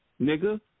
nigga